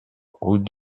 route